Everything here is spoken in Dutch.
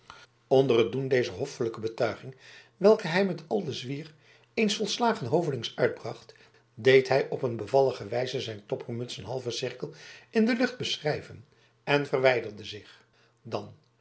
onder het doen dezer hoffelijke betuiging welke hij met al den zwier eens volslagen hovelings uitbracht deed hij op een bevallige wijze zijn toppermuts een halven cirkel in de lucht beschrijven en verwijderde zich dan